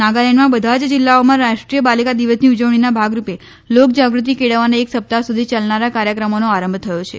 નાગાલેન્ડમાં બધા જ જિલ્લાઓમાં રાષ્ટ્રીય બાલિકા દિવસની ઉજવણીના ભાગરૂપે લોક જાગૃતિ કેળવવાના એક સપ્તાહ્ સુધી ચાલનારા કાર્યક્રમોનો આરંભ થયો છે